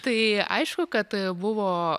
tai aišku kad buvo